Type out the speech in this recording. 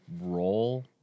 role